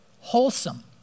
wholesome